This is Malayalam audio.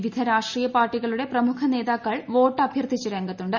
വിവിധ രാഷ്ട്രീയ പാർട്ടികളുടെ പ്രമുഖ നേതാക്കുൾ വോട്ട് അഭ്യർത്ഥിച്ച് രംഗത്തുണ്ട്